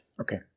okay